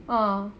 ah